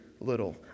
little